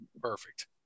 Perfect